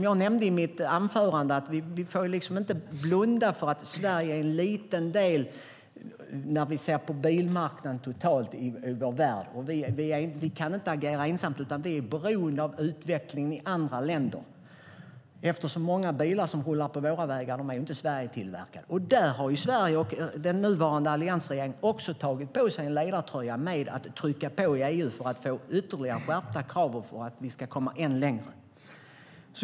Jag nämnde i mitt anförande att vi inte får blunda för att Sverige är en liten del av bilmarknaden totalt i vår värld. Vi kan inte agera ensamma utan vi är beroende av utvecklingen i andra länder. Många bilar som rullar på våra vägar är inte Sverigetillverkade. Där har Sverige och den nuvarande alliansregeringen också tagit på sig ledartröjan genom att trycka på i EU för att kraven ska skärpas ytterligare för att komma än längre.